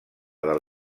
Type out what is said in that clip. del